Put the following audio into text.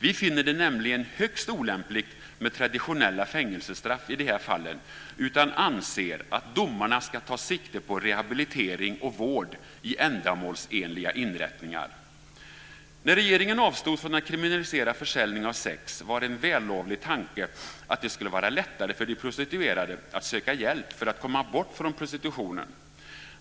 Vi finner det nämligen högst olämpligt med traditionella fängelsestraff i de här fallen, utan anser att domarna ska ta sikte på rehabilitering och vård i ändamålsenliga inrättningar. När regeringen avstod från att kriminalisera försäljningen av sex var en vällovlig tanke att det skulle vara lättare för de prostituerade att söka hjälp för att komma bort från prostitutionen.